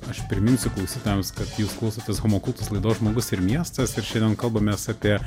aš priminsiu klausytojams kad jūs klausotės homo kultus laidos žmogus ir miestas ir šiandien kalbamės apie